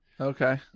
Okay